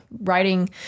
writing